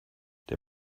der